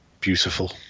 Beautiful